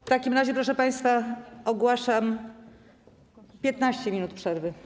W takim razie, proszę państwa, ogłaszam 15 minut przerwy.